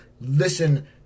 listen